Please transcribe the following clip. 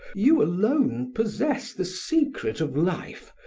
you alone possess the secret of life,